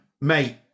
mate